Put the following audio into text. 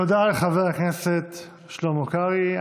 תודה לחבר הכנסת שלמה קרעי.